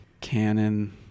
Canon